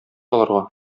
аларга